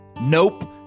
Nope